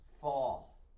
fall